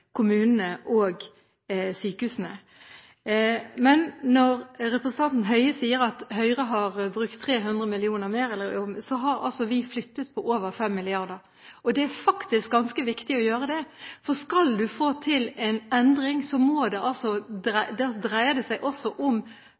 kommunene og sykehusene. Representanten Høie sier at Høyre har brukt 300 mill. kr mer, men vi har altså flyttet på over 5 mrd. kr. Det er faktisk ganske viktig å gjøre det. For skal man få til en endring, så dreier det